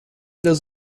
does